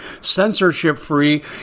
censorship-free